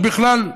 ובכלל,